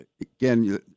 again